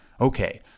Okay